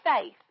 faith